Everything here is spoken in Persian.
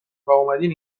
واومدین